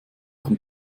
vom